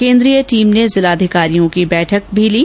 केन्द्रीय टीम ने जिला अधिकारियों की बैठक भी ली